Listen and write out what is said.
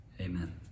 Amen